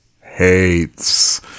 hates